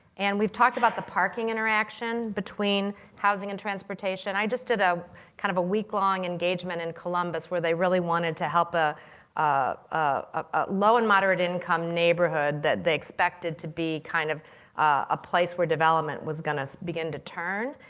and we've talked about the parking interaction between housing and transportation. i just did ah kind of a week long engagement in columbus where they really wanted to help ah ah a low and moderate income neighborhood that they expected to be kind of a place where development was going to begin to turn.